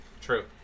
True